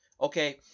Okay